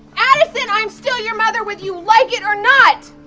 addison, i'm still your mother whether you like it or not.